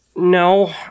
No